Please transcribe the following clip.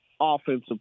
offensive